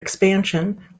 expansion